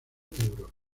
euros